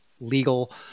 legal